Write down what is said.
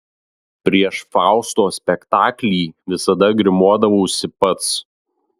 prieš fausto spektaklį visada grimuodavausi pats